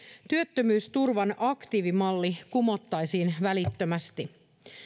työttömyysturvan aktiivimalli kumottaisiin välittömästi